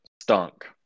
Stunk